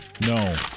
No